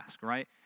right